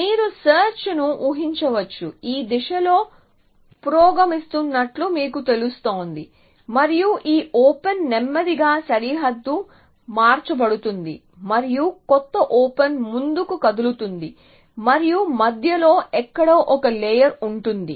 మీరు సెర్చ్ ను ఊహించవచ్చు ఈ దిశలో పురోగమిస్తున్నట్లు మీకు తెలుస్తోంది మరియు ఈ ఓపెన్ నెమ్మదిగా సరిహద్దుగా మార్చబడుతుంది మరియు కొత్త ఓపెన్ ముందుకు కదులుతుంది మరియు మధ్యలో ఎక్కడో ఒక లేయర్ ఉంటుంది